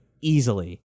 easily